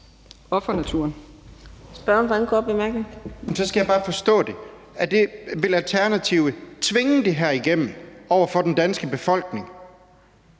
Bøgsted (DD): Så skal jeg bare forstå det. Vil Alternativet tvinge det her igennem over for den danske befolkning,